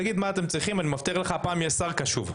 תגיד מה אתם צריכים אני מבטיח לך שהפעם יהיה שר קשוב.